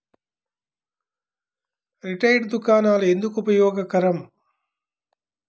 Retail దుకాణాలు ఎందుకు ఉపయోగకరం?